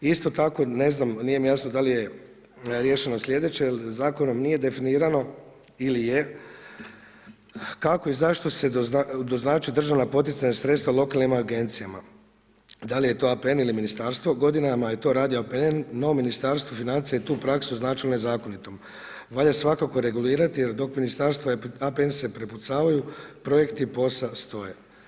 I isto tako ne znam, nije mi jasno da li je riješeno sljedeće jer zakonom nije definirano ili je kako i zašto se doznačuju državna poticajna sredstva lokalnim agencijama, da li je to APN ili ministarstvo, godinama je to radio APN no Ministarstvo financija je tu praksu označilo nezakonitom, valja svakako regulirati jer dok ministarstvo i APN se prepucavaju projekti POS-a stoje.